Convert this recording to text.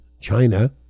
China